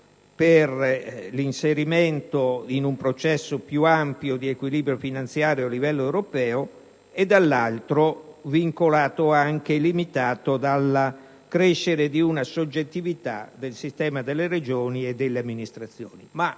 per l'inserimento in un processo più ampio di equilibrio finanziario a livello europeo; dall'altro, è anche limitato dal crescere di una soggettività del sistema delle Regioni e delle amministrazioni.